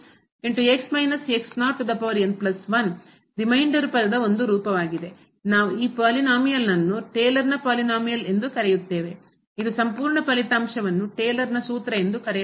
ನಾವು ಈ ಪಾಲಿನೋಮಿಯಲ್ನ್ನು ಬಹುಪದವನ್ನು ಟೇಲರ್ನ ಪಾಲಿನೋಮಿಯಲ್ ಬಹುಪದ ಎಂದು ಕರೆಯುತ್ತೇವೆ ಇದರ ಸಂಪೂರ್ಣ ಫಲಿತಾಂಶವನ್ನು ಟೇಲರ್ನ ಸೂತ್ರ ಎಂದು ಕರೆಯಲಾಗುತ್ತದೆ